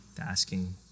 asking